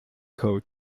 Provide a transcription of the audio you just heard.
coat